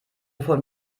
von